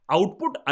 Output